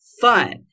fun